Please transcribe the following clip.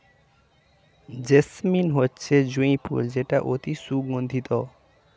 jasmine হচ্ছে জুঁই ফুল যেটা অতি সুগন্ধিত